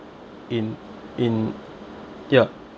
in in ya